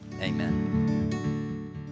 amen